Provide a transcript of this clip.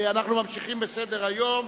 אנחנו ממשיכים בסדר-היום.